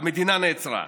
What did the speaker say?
המדינה נעצרה.